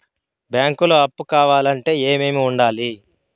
బ్యాంకులో అప్పు కావాలంటే ఏమేమి ఉండాలి?